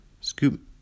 Scoop